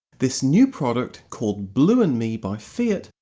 this new product, called blue and me by fiat,